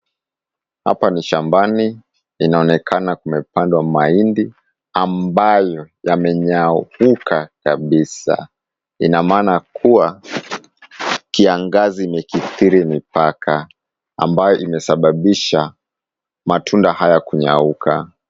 Hapa ni shambani. Inaonekana kumepandwa mahindi ambayo yamenyauka kabisa. Ina maana kuwa kiangazi imekithiri mipaka ambayo imesababisha matunda haya kunyauka.